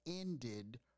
ended